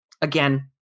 again